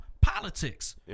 politics